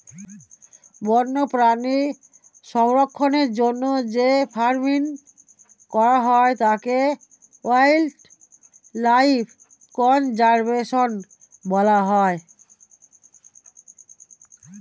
বন্যপ্রাণী সংরক্ষণের জন্য যে ফার্মিং করা হয় তাকে ওয়াইল্ড লাইফ কনজার্ভেশন বলা হয়